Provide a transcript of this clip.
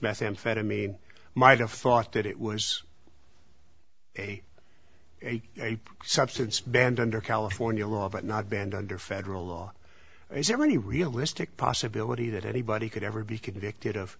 methamphetamine might have thought that it was a substance banned under california law but not banned under federal law is there any realistic possibility that anybody could ever be convicted of